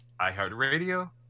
iHeartRadio